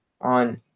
on